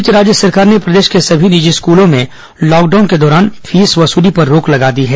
इस बीच राज्य सरकार ने प्रदेश के सभी निजी स्कूलों में लॉकडाउन के दौरान फीस वसूली पर रोक लगा दी है